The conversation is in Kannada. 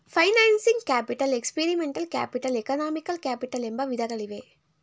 financing capital, experimental capital, economical capital ಎಂಬ ವಿಧಗಳಿವೆ